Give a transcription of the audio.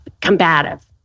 combative